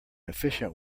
efficient